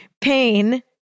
pain